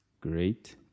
great